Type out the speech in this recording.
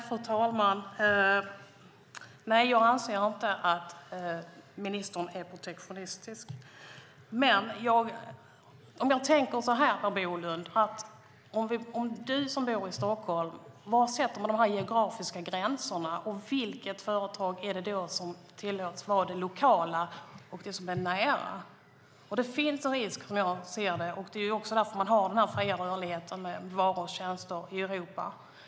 Fru talman! Nej, jag anser inte att ministern är protektionist. Du bor i Stockholm, Per Bolund. Var sätter man de geografiska gränserna? Vilket företag tillåts vara det lokala och nära? Det finns en risk som jag ser det. Därför har man den fria rörligheten när det gäller varor och tjänster i Europa.